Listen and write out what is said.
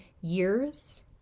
years